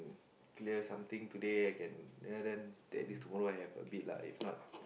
clear something today then I can then then at least tomorrow I have a bit lah if not